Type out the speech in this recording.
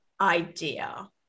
idea